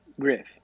Griff